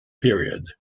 period